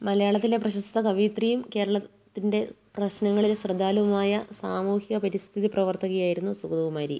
മലയാളത്തിലെ പ്രശസ്ത കവിയത്രിയും കേരളത്തിൻ്റെ പ്രശ്നങ്ങളിൽ ശ്രദ്ധാലുവുമായ സാമൂഹിക പരിസ്ഥിതി പ്രവർത്തകയായിരുന്നു സുഗതകുമാരി